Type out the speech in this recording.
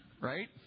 Right